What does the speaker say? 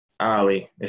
Ali